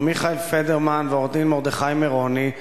מר מיכאל פדרמן ועורך-דין מרדכי מירוני,